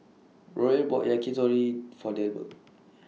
Royal bought Yakitori For Delbert